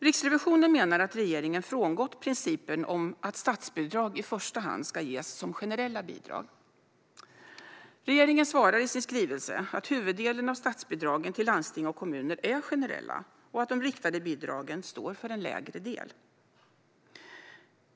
Riksrevisionen menar att regeringen har frångått principen om att statsbidrag i första hand ska ges som generella bidrag. Regeringen svarar i sin skrivelse att huvuddelen av statsbidragen till landsting och kommuner är generella och att de riktade bidragen står för en mindre andel.